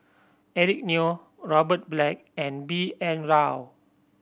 Eric Neo Robert Black and B N Rao